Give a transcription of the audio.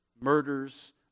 murders